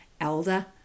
Elder